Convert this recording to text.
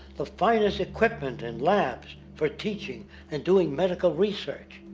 the finest equipment in labs for teaching and doing medical research.